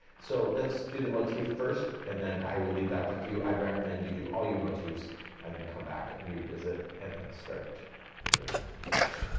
so let's do the motif first and then i will leave that with you. i'd recommend you do all your motifs and then come back and revisit and then start doing the striping.